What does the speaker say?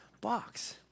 box